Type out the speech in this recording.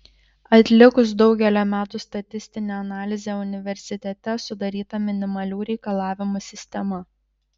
atlikus daugelio metų statistinę analizę universitete sudaryta minimalių reikalavimų sistema